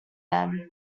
then